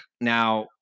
Now